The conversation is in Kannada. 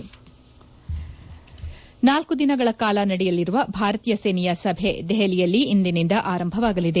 ಳ ದಿನಗಳ ಕಾಲ ನಡೆಯಲಿರುವ ಭಾರತಿಯ ಸೇನೆಯ ಸಭೆ ದೆಹಲಿಯಲ್ಲಿ ಇಂದಿನಿಂದ ಆರಂಭವಾಗಲಿದೆ